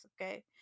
Okay